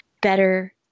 better